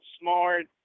smart